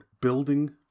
building